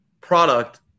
product